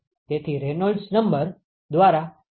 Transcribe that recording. તેથી Reynolds number ReD umDh દ્વારા આપવામાં આવે છે